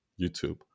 youtube